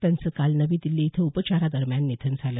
त्यांचं काल नवी दिल्ली इथं उपचारादरम्यान निधन झालं